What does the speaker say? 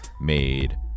made